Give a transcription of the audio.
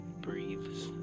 breathes